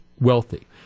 wealthy